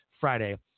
Friday